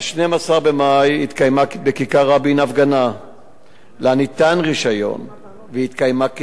ב-12 במאי התקיימה בכיכר-רבין הפגנה שניתן לה רשיון והיא התקיימה כסדרה.